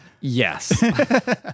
Yes